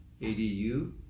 ADU